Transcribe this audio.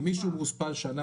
אם מישהו מאושפז שנה,